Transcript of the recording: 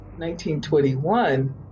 1921